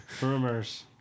Rumors